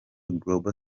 global